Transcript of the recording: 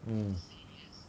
mm